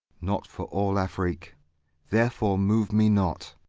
not for all afric therefore move me not.